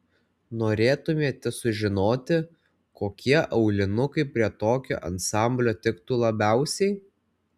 norėtumėte sužinoti kokie aulinukai prie tokio ansamblio tiktų labiausiai